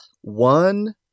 one